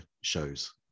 shows